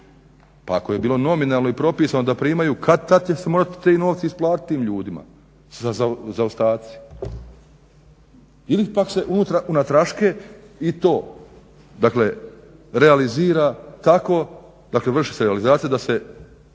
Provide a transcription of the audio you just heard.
Pa ako je bilo nominalno i propisano da primaju kad-tad će se morati ti novci isplatiti tim ljudima, zaostaci. Ili pak se unatraške i to, dakle realizira tako, dakle vrši se realizacija da se